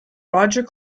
roger